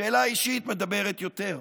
שאליי אישית מדבר יותר,